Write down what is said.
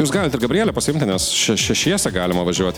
jūs galit ir gabrielę pasiimti nes še šešiese galima važiuoti